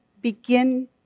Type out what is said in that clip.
begin